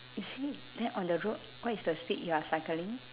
you see that on the road what is the speed you are cycling